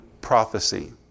prophecy